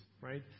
right